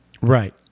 Right